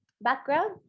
background